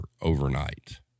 overnight